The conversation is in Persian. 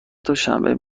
دوشنبه